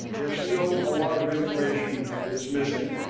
there's still a lot of information that's missing.